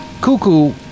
cuckoo